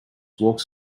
walks